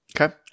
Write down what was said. Okay